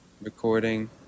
recording